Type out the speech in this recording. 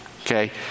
Okay